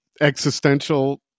existential